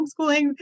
homeschooling